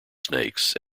snakes